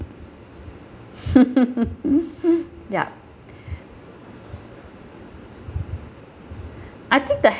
ya I think that